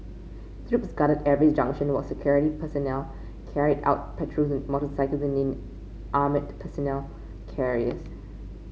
troops guarded every junction while security personnel carried out patrols on motorcycles and in armoured personnel carriers